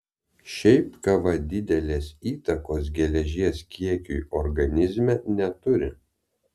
šiaip kava didelės įtakos geležies kiekiui organizme neturi